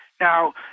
Now